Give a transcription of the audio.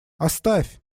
оставь